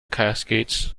cascades